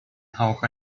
hauch